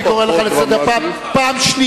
אני קורא אותך לסדר פעם שנייה.